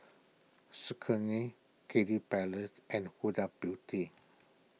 Saucony Kiddy Palace and Huda Beauty